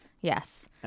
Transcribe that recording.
yes